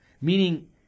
Meaning